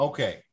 Okay